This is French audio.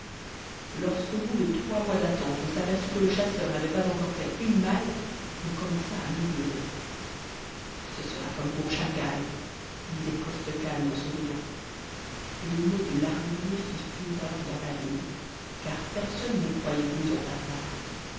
lorsqu'au bout de trois mois d'attente on s'aperçut que le chasseur n'avait pas encore fait une malle on commença à murmurer ce sera comme pour shang hai disait costecalde en souriant et le mot de l'armurier fit fureur dans la ville car personne ne croyait plus en tartarin